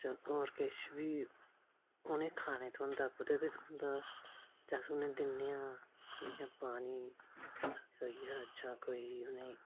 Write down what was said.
जां होर किश बी उनेंगी खाने गी थ्होंदा जां कुतै बी थ्होंदा जां उनेंगी दिन्नी आं जियां पानी होई गेआ जां कोई उनेंगी